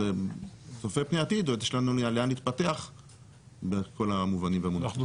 אז צופה פני עתיד יש לנו לאן להתפתח בכל המובנים והמונחים.